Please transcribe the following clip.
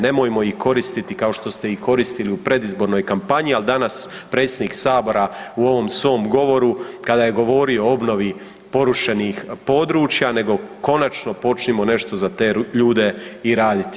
Nemojmo ih koristiti kao što ste ih koristili u predizbornoj kampanji, ali danas predsjednik Sabora u ovom svom govoru kada je govorio o obnovi porušenih područja nego konačno počnimo nešto za te ljude i raditi.